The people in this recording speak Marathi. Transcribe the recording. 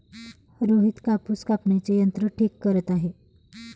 रोहित कापूस कापण्याचे यंत्र ठीक करत आहे